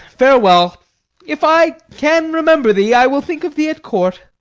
farewell if i can remember thee, i will think of thee at court.